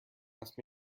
asked